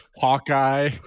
Hawkeye